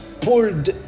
pulled